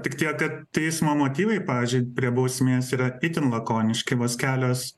tik tiek kad teismo motyvai pavyzdžiui prie bausmės yra itin lakoniški vos kelios